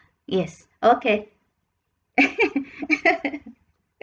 yes okay